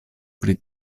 pri